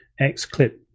XClip